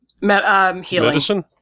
medicine